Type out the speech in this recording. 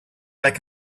like